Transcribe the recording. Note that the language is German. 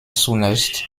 zunächst